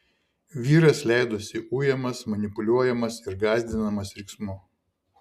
vyras leidosi ujamas manipuliuojamas ir gąsdinamas riksmu